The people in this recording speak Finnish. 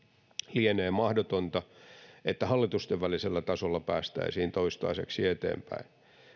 lienee mahdotonta että hallitusten välisellä tasolla päästäisiin toistaiseksi eteenpäin